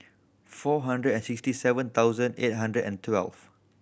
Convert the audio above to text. four hundred and sixty seven thousand eight hundred and twelve